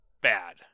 bad